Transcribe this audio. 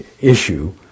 issue